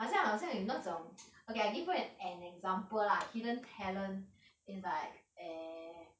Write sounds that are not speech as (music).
好像好像有那种 (noise) okay I give you an an example lah hidden talent is like err